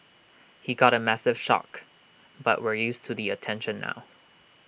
he got A massive shock but we're used to the attention now